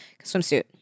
Swimsuit